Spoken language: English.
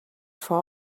for